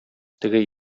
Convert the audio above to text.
теге